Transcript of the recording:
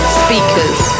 speakers